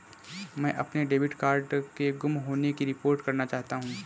मैं अपने debit card के गुम होने की रिपोर्ट करना चाहता हूँ